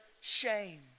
shame